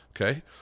Okay